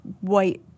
white